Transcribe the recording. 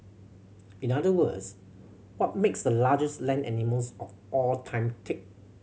in other words what makes the largest land animals of all time tick